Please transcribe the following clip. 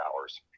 hours